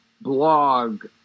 blog